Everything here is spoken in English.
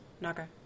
Naga